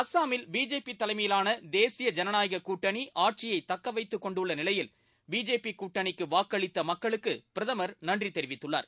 அஸ்ஸாமில் பிஜேபி தலைமையிலான தேசிய ஜனநாயக கூட்டணி ஆட்சியை தக்கவைத்துக் கொண்டுள்ள நிலையில் பிஜேபி கூட்டணிக்கு வாக்களித்த மக்களுக்கு பிரதமர் நன்றி தெரிவித்துள்ளார்